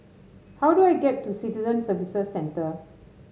how do I get to Citizen Services Centre